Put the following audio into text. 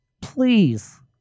Please